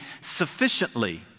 sufficiently